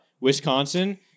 Wisconsin